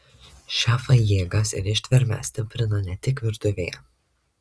šefai jėgas ir ištvermę stiprina ne tik virtuvėje